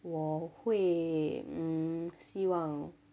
我会 mm 希望